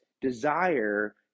desire